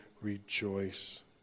rejoice